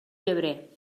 llebrer